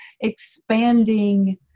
expanding